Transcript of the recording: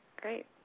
Great